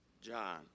John